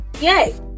yay